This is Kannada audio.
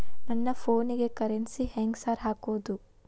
ನನ್ ಫೋನಿಗೆ ಕರೆನ್ಸಿ ಹೆಂಗ್ ಸಾರ್ ಹಾಕೋದ್?